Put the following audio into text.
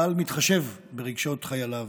צה"ל מתחשב ברגשות חייליו.